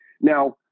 now